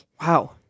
wow